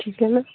ठीक है मैम